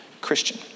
Christian